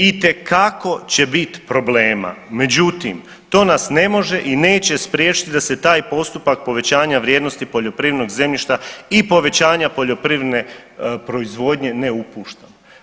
Itekako će bit problema, međutim to nas ne može i neće spriječiti da se taj postupak povećanja vrijednosti poljoprivrednog zemljišta i povećanja poljoprivredne proizvodnje ne upušta.